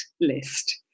list